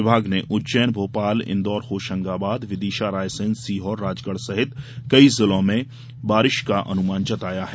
विभाग ने उज्जैन भोपाल इंदौर होशंगाबाद विदिशा रायसेन सीहोर राजगढ सहित कई जिलों में बारिश का अनुमान जताया है